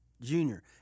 junior